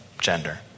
gender